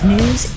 News